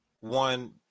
one